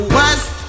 west